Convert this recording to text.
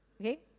Okay